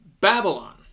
Babylon